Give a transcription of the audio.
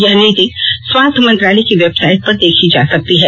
यह नीति स्वास्थ्य मंत्रालय की वेबसाइट पर देखी जा सकती है